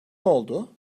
oldu